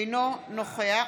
אינו נוכח